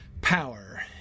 power